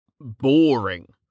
boring